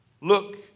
Look